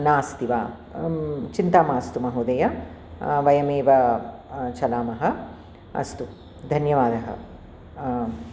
नास्ति वा चिन्ता मास्तु महोदय वयमेव चलामः अस्तु धन्यवादः आम्